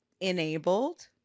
enabled